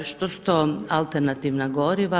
Što su to alternativna goriva?